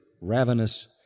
ravenous